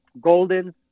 Golden